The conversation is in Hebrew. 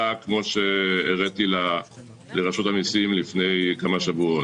כמו שהראיתי לרשות המיסים לפני כמה שבועות,